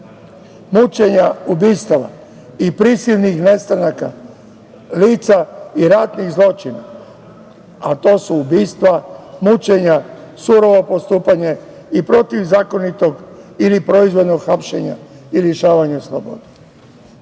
mučenja, ubistava i prisilnih nestanaka lica i ratnih zločina, a to su ubistva, mučenja, surovo postupanje i protivzakonito ili proizvoljno hapšenje i lišavanje slobode. Mada